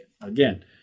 Again